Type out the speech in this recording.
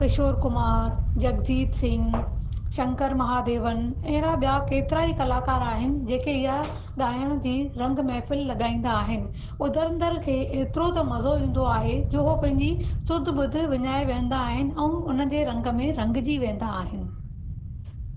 किशोर कुमार जगजीत सिंघ शंकर महादेवन अहिड़ा ॿिया केतिराई कलाकार आहिनि जेके इहा ॻाइण जी रंग महिफ़िल लॻाईंदा आहिनि ॿुधंदड़ खे एतिरो त मज़ो ईंदो आहे जो उहो पंहिंजी सुधि ॿुधि विञाए विहंदा आहिनि ऐं उन्हनि जे रंग में रंगजी वेंदा आहिनि